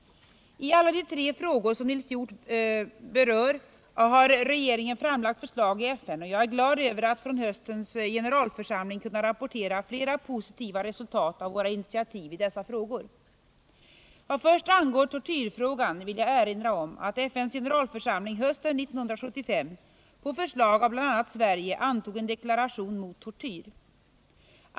I alla de tre frågor som Nils Hjorth berör har regeringen framlagt förslag i FN, och jag är glad över att från höstens generalförsamling kunna rapportera flera positiva resultat av våra initiativ i dessa frågor. Vad först angår tortyrfrågan vill jag erinra om att FN:s generalförsamling hösten 1975 på förslag av bl.a. Sverige antog en deklaration mot tortyr.